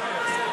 סליחה,